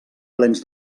plens